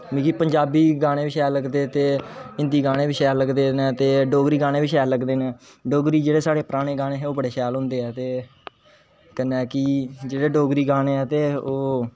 मिगी पंजावी गाने बी शैल लगदे ते हिंदी गाने बी शैल लगदे ने ते डोगरी गाने बी शैल लगदे ना डोगरी जेहडे साडे पराने गाने है ओह बडे शैल होंदे है ते कन्ने कि जेहडे डोगरी गाने है ते ओह्